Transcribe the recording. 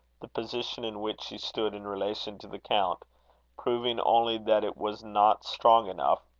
the position in which she stood in relation to the count proving only that it was not strong enough,